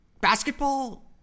basketball